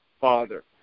Father